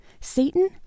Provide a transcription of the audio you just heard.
Satan